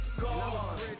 God